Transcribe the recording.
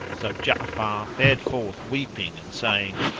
so ja'afar fared forth weeping and saying.